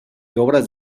obras